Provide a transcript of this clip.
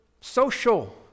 social